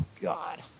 God